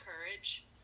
courage